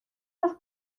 los